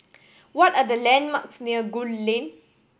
what are the landmarks near Gul Lane